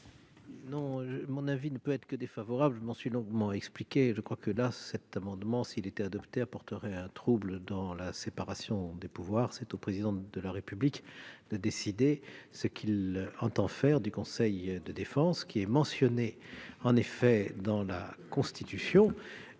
? Mon avis ne peut être que défavorable- je m'en suis longuement expliqué. S'il était adopté, cet amendement créerait un trouble dans la séparation des pouvoirs : c'est au Président de la République de décider ce qu'il entend faire du conseil de défense, qui est mentionné, en effet, dans la Constitution,